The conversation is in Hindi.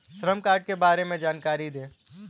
श्रम कार्ड के बारे में जानकारी दें?